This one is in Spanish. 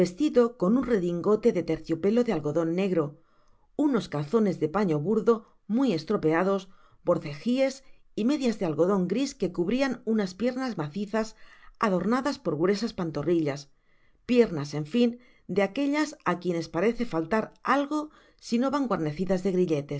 con un redingote de terciopelo de algodon negro unos calzones de pane bardo muy estropeados borcejies y inedias de algodon gris que cubrian unas piernas macisas adornadas por gruesas pantorrillas piernas en fia de aquellas á quienes parece faltar algo sino van guarnecidas de grilletes